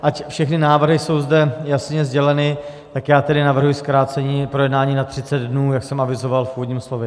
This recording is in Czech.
Ať všechny návrhy jsou zde jasně sděleny, tak já tedy navrhuji zkrácení projednání na 30 dnů, jak jsem avizoval v úvodním slově.